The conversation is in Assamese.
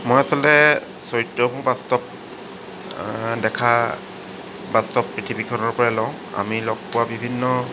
মই আচলতে চৰিত্ৰবোৰ বাস্তৱ দেখা বাস্তৱ পৃথিৱীখনৰ পৰাই লওঁ আমি লগ পোৱা বিভিন্ন